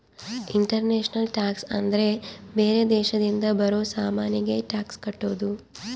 international tax ಅಂದ್ರ ಬೇರೆ ದೇಶದಿಂದ ಬರೋ ಸಾಮಾನಿಗೆ ಟ್ಯಾಕ್ಸ್ ಕಟ್ಟೋದು